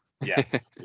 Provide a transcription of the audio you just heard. yes